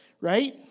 right